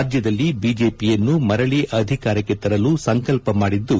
ರಾಜ್ಯದಲ್ಲಿ ಬಿಜೆಪಿಯನ್ನು ಮರಳಿ ಅಧಿಕಾರಕ್ಕೆ ತರಲು ಸಂಕಲ್ಪ ಮಾಡಿದ್ದು